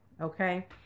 Okay